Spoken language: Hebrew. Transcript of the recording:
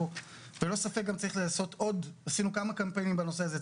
ללא ספק, עשינו כמה קמפיינים בנושא הזה.